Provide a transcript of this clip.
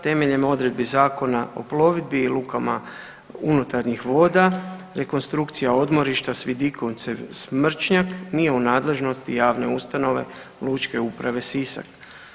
Temeljem odredbi Zakona o plovidbi i lukama unutarnjih voda, rekonstrukcija odmorišta s vidikovcem Smrčnjak nije u nadležnosti javne ustanove Lučke uprave Sisak.